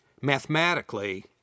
Mathematically